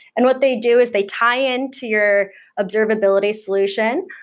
and what they do is they tie in to your observability solution,